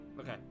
Okay